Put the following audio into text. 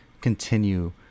continue